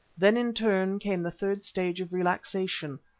then in turn came the third stage of relaxation,